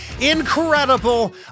incredible